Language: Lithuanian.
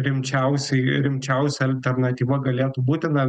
rimčiausiai rimčiausia alternatyva galėtų būti na